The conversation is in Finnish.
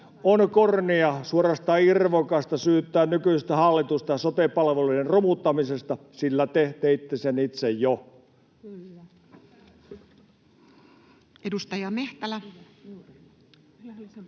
On kornia ja suorastaan irvokasta syyttää nykyistä hallitusta sote-palveluiden romuttamisesta, sillä te teitte sen itse jo. Edustaja Mehtälä.